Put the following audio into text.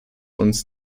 uns